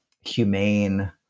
humane